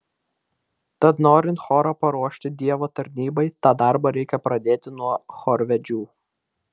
tad norint chorą paruošti dievo tarnybai tą darbą reikia pradėti nuo chorvedžių